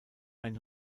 ein